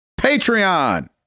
Patreon